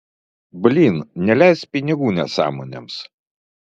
blyn neleisk pinigų nesąmonėms